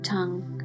Tongue